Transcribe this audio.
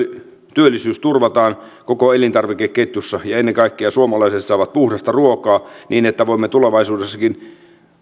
työllisyys turvataan koko elintarvikeketjussa ja ennen kaikkea suomalaiset saavat puhdasta ruokaa niin että voimme tulevaisuudessakin